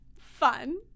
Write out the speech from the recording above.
Fun